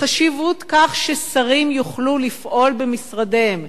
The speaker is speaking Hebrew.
בחשיבות של כך ששרים יוכלו לפעול במשרדיהם,